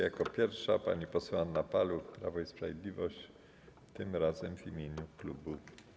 Jako pierwsza pani poseł Anna Paluch, Prawo i Sprawiedliwość, tym razem w imieniu klubu.